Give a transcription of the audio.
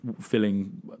filling